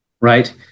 right